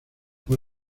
por